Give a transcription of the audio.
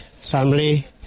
family